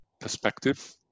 perspective